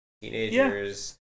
Teenagers